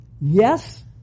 Yes